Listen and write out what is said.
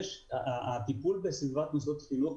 הטיפול בסביבת מוסדות חינוך,